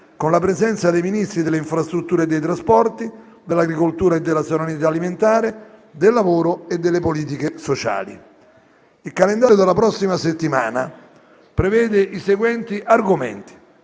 con la presenza dei Ministri delle infrastrutture e dei trasporti, dell'agricoltura e della sovranità alimentare e del lavoro e delle politiche sociali. Il calendario della prossima settimana prevede i seguenti argomenti: